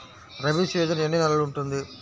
Rabi season ఎన్ని నెలలు ఉంటుంది?